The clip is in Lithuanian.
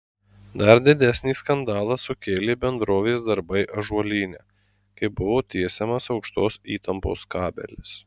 dar didesnį skandalą sukėlė bendrovės darbai ąžuolyne kai buvo tiesiamas aukštos įtampos kabelis